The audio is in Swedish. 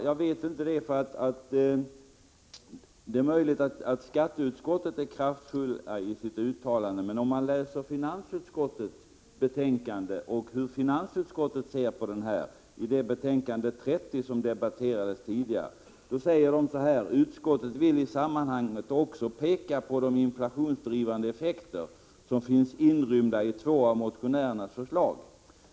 Jag vet inte det — det är möjligt att skatteutskottet är kraftfullt i sitt yttrande, men finansutskottet säger i sitt betänkande nr 30, som debatterades tidigare: ”Utskottet vill i sammanhanget också peka på de inflationsdrivande effekter som finns inrymda i två av motionärernas förslag.